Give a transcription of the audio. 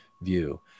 view